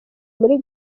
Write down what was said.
muri